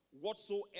whatsoever